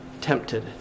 tempted